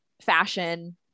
fashion